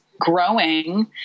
Growing